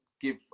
give